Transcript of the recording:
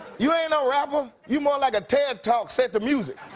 you ain't no rapper. you're like a ted talk set to music.